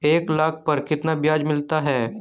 एक लाख पर कितना ब्याज मिलता है?